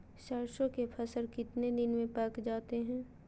सरसों के फसल कितने दिन में पक जाते है?